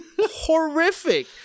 Horrific